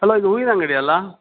hello ಇದು ಹೂವಿನ ಅಂಗ್ಡಿಯಲ್ಲ